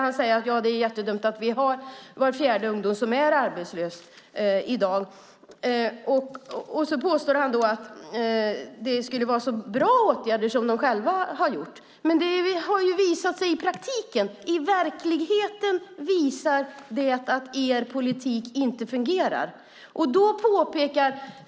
Han säger att det är jättedumt att vi har var fjärde ungdom arbetslös i dag. Han påstår också att det skulle vara så bra åtgärder ni själva har gjort. Men i praktiken och i verkligheten har det visat sig att er politik inte fungerar.